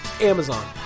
Amazon